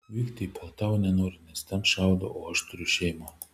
vykti į poltavą nenoriu nes ten šaudo o aš turiu šeimą